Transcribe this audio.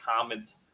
comments